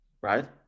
right